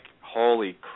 holy